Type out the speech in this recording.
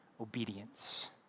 obedience